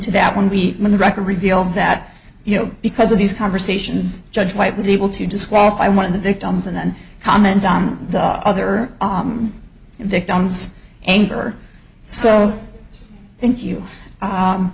to that one beat when the record reveals that you know because of these conversations judge white was able to disqualify one of the victims and then comment on the other victims anger so thank you